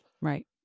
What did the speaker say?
Right